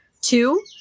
two